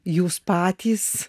jūs patys